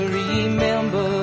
remember